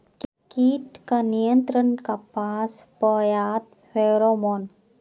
कीट का नियंत्रण कपास पयाकत फेरोमोन?